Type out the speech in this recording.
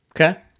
Okay